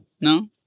No